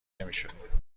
نمیشدیم